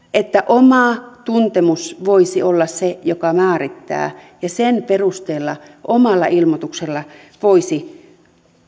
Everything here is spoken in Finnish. että oma tuntemus voisi olla se joka määrittää ja että sen perusteella omalla ilmoituksella voisi